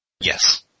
Yes